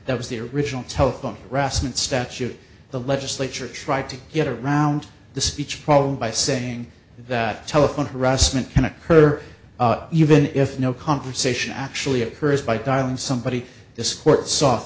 that was the original telephone harassment statute the legislature tried to get around the speech problem by saying that telephone harassment can occur even if no conversation actually occurs by dialing somebody